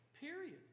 period